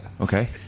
Okay